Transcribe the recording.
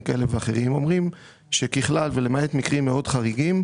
כאלה ואחרים אומרים שככלל ולמעט מקרים מאוד חריגים,